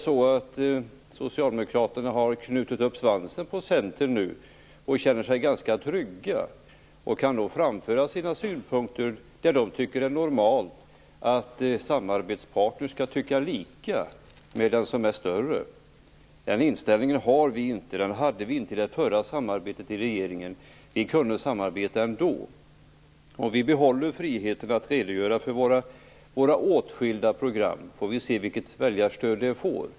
Har Socialdemokraterna knutit upp svansen på Centern nu och känner sig ganska trygga och då kan framföra sina synpunkter där de tycker att det är normalt att samarbetspartnern skall tycka lika med den som är större? Den inställningen har inte vi, och den hade vi inte i samarbetet i den förra regeringen. Vi kunde samarbeta ändå. Och vi behåller friheten att redogöra för våra åtskilda program. Sedan får vi se vilket väljarstöd de får.